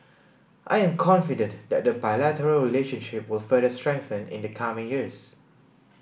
I am confident that the bilateral relationship will further strengthen in the coming years